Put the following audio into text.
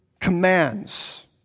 commands